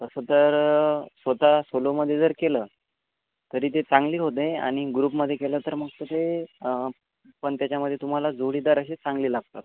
तसं तर स्वतः सोलोमध्ये जर केलं तरी ते चांगली होते आणि ग्रुपमध्ये केलं तर मग तर ते पण त्याच्यामध्ये तुम्हाला जोडीदार असे चांगले लागतात